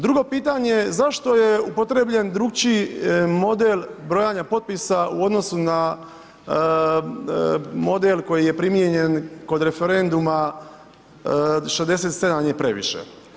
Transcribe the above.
Drugo pitanje, zašto je upotrebljen drukčiji model brojanja potpisa u odnosu na model koji je primijenjen kod referenduma „67 je previše“